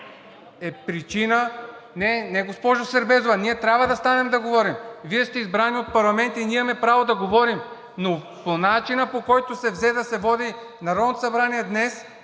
ЦОНЧО ГАНЕВ: Не, госпожо Сербезова, ние трябва да станем да говорим. Вие сте избрани от парламента и ние имаме право да говорим! По начина, по който взе да се води Народното събрание днес,